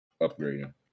upgrading